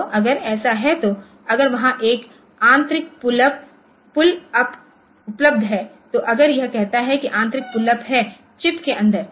तो अगर ऐसा है तो अगर वहाँ एक आंतरिक पुलअप उपलब्ध है तो अगर यह कहता है कि आंतरिक पुल अप है चिप के अंदर